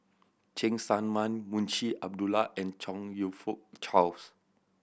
Cheng Tsang Man Munshi Abdullah and Chong You Fook Charles